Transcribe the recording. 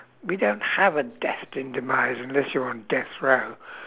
we don't have a destined demise unless you're on death row